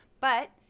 But-